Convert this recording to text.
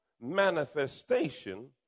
manifestation